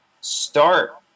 start